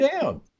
down